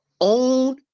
own